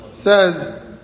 says